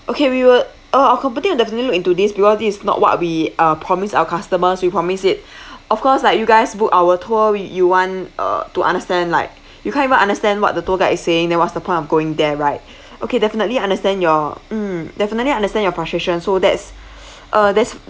okay we will uh our company will definitely look into this because this is not what we uh promise our customers we promise it of course like you guys book our tour we you want uh to understand like you can't even understand what the tour guide is saying then what's the point of going there right okay definitely understand your mm definitely understand your frustration so that's uh that's